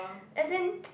as in